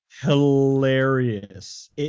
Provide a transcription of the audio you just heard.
Hilarious